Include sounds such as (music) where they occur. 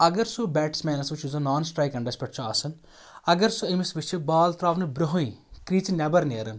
اَگر سُہ بیٹٕس مینَس وٕچھِ (unintelligible) سُہ چھُ نان سٕٹرٛایِک اٮ۪نڈَس پٮ۪ٹھ چھُ آسان اَگر سُہ أمِس وٕچھِ بال ترٛاونہٕ برٛونٛہٕے کرٛیٖژِ نٮ۪بَر نیران